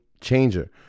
changer